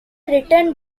written